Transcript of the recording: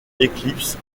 éclipse